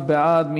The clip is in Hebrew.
מי בעד?